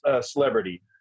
celebrity